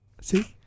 See